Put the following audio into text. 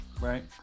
right